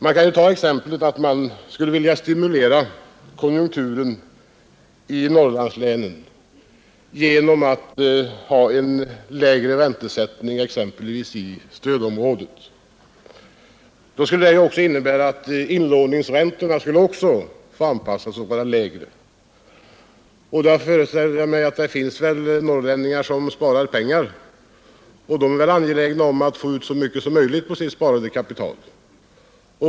Vi kan ta som exempel att man skulle vilja stimulera konjunkturerna i Norrlandslänen genom att ha en lägre räntesättning i stödområdet. Det skulle då innebära att inlåningsräntorna också skulle bli lägre. Det finns väl norrlänningar som sparar pengar, och de är naturligtvis angelägna att få ut så mycket som möjligt på sitt sparade kapital.